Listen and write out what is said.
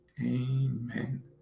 Amen